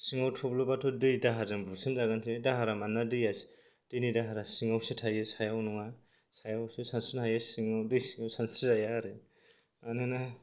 सिङाव थौब्लेबाथ' दै दाहारजों बुसिनजागोनसो दाहारा मानोना दैया दैनि दाहारा सिङावसो थायो सायाव नङा सायावसो सानस्रिनो हायो बे सिङाव दै सिङाव सानस्रि जाया आरो मानोना